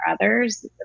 others